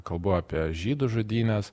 kalbu apie žydų žudynes